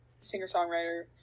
singer-songwriter